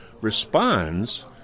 responds